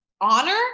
Honor